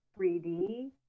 3D